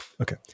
Okay